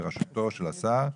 בראשותו של השר,